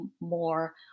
more